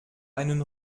einen